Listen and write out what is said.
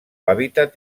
hàbitat